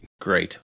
Great